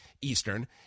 Eastern